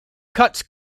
cuts